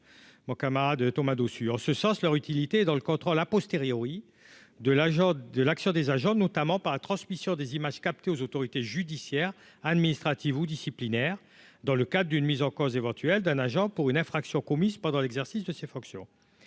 mon camarade Thomas Dossus en ce sens leur utilité dans le contrôle, a posteriori de l'agent de l'action des agents notamment par la transmission des images captées aux autorités judiciaires, administratives ou disciplinaires dans le cas d'une mise en cause éventuelle d'un agent pour une infraction commise pendant l'exercice de ses fonctions